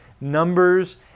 numbers